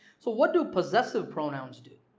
so what do possessive pronouns do?